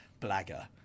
blagger